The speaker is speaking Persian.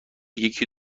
یکی